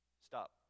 Stop